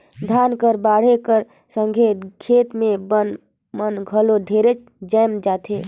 धान कर बाढ़े कर संघे खेत मे बन मन घलो ढेरे जाएम जाथे